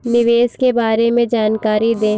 निवेश के बारे में जानकारी दें?